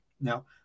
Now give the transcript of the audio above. Now